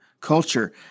Culture